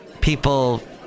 People